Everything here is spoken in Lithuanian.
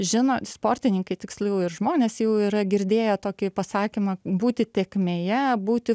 žino sportininkai tiksliau ir žmonės jau yra girdėję tokį pasakymą būti tėkmėje būti